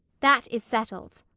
that is settled.